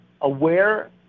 aware